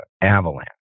avalanche